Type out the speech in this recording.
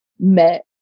met